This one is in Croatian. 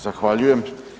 Zahvaljujem.